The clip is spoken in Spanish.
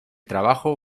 trabajo